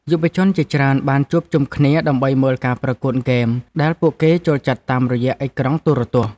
យុវជនជាច្រើនបានជួបជុំគ្នាដើម្បីមើលការប្រកួតហ្គេមដែលពួកគេចូលចិត្តតាមរយៈអេក្រង់ទូរទស្សន៍។